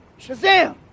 shazam